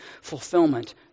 fulfillment